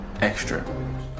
extra